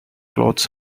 clothes